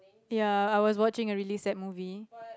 ya I was watching a release at movie